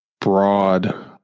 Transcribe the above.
broad